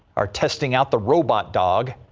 our testing out the robot dog.